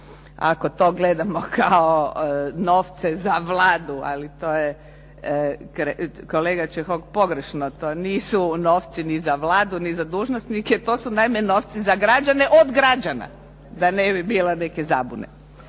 ako to gledamo kao novce za Vladu, ali to je kolega Čehok pogrešno to, nisu novci ni za Vladu ni za dužnosnike, to su naime novci za građane od građane, da ne bi bilo neke zabune.